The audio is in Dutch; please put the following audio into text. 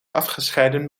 afgescheiden